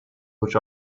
which